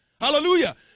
Hallelujah